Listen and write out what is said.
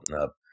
up